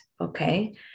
Okay